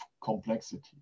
complexity